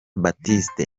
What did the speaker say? baptiste